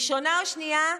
ראשונה או שנייה?